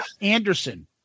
Anderson